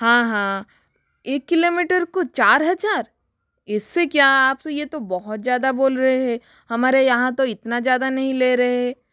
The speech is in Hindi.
हाँ हाँ एक किलोमीटर को चार हजार इससे क्या आप ये तो बहुत ज़्यादा बोल रहे है हमारे यहाँ तो इतना ज़्यादा नहीं ले रहे